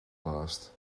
blaast